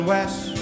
West